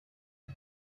اما